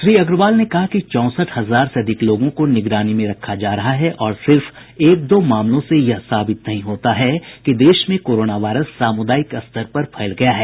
श्री अग्रवाल ने कहा कि चौंसठ हजार से अधिक लोगों को निगरानी में रखा जा रहा है और सिर्फ एक दो मामलों से यह साबित नहीं होता कि देश में कोरोना वायरस सामुदायिक स्तर पर फैल गया है